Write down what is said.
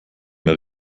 mehr